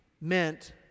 meant